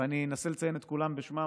ואני אנסה לציין את כולם בשמם,